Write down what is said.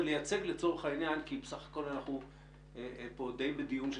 ולייצג לצורך העניין כי בסך הכל אנחנו די בדיון של